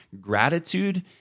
Gratitude